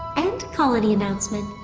end colony announcement